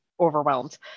overwhelmed